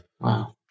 Wow